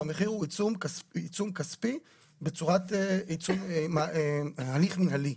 והמחיר הוא עיצום כספי בצורת הליך מנהלי.